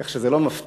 כך שזה לא מפתיע,